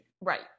Right